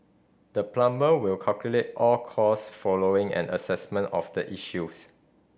the plumber will calculate all cost following an assessment of the issues